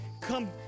come